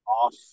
off